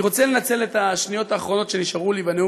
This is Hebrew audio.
אני רוצה לנצל את השניות האחרונות שנשארו לי בנאום